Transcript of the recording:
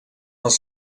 els